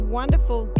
wonderful